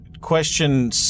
Question